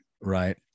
Right